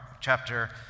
Chapter